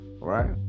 right